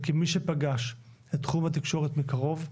וכמי שפגש את תחום התקשורת מקרוב,